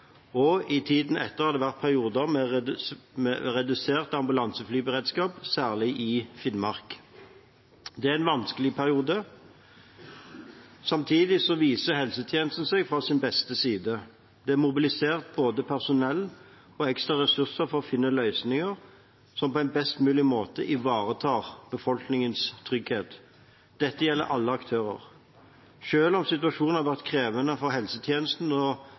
og i tiden etter det har det i perioder vært redusert ambulanseflyberedskap, særlig i Finnmark. Dette er en vanskelig periode. Samtidig viser helsetjenesten seg fra sin beste side. Det er mobilisert både personell og ekstra ressurser for å finne løsninger som på best mulig måte ivaretar befolkningens trygghet. Dette gjelder alle aktører. Selv om situasjonen har vært krevende for helsetjenesten